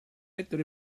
ettore